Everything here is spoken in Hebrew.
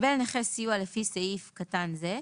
קיבל נכה סיוע לפי סעיף קטן זה,